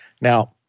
Now